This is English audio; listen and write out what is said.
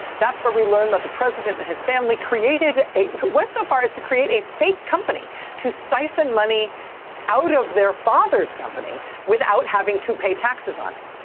that's where we learned that the president and his family created went so far as to create a fake company to siphon money out of their father's company without having to pay taxes on it.